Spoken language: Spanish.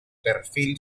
perfil